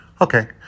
Okay